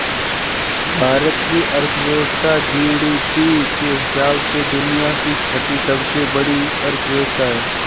भारत की अर्थव्यवस्था जी.डी.पी के हिसाब से दुनिया की छठी सबसे बड़ी अर्थव्यवस्था है